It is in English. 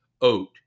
oat